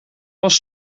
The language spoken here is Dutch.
was